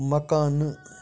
مکانہٕ